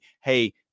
hey